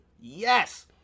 yes